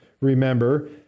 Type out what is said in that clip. remember